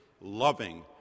loving